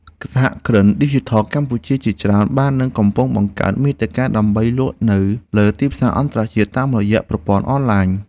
សហគ្រិនឌីជីថលកម្ពុជាជាច្រើនបាននិងកំពុងបង្កើតមាតិកាដើម្បីលក់នៅលើទីផ្សារអន្តរជាតិតាមរយៈប្រព័ន្ធអនឡាញ។